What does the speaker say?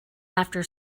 after